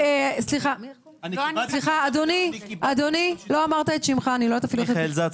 נעמה, אני מבקשת ממך להפסיק.